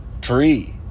tree